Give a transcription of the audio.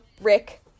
Rick